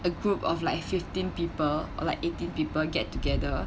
a group of like fifteen people or like eighteen people get together